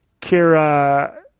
Kira